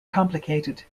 complicated